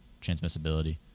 transmissibility